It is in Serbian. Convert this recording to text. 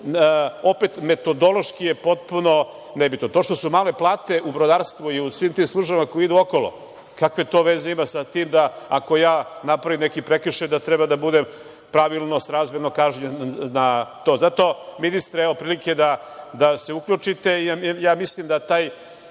opet metodološki je potpuno nebitno. Pošto su male plate u brodarstvu i u svim tim službama koje idu okolo, kakve to veze ima sa tim da ako ja napravim neki prekršaj da treba da budem pravilno, srazmerno kažnjen za to. Zato ministre, evo prilike da se uključite, jer ja mislim da taj